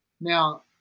Now